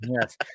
Yes